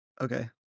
okay